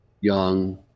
young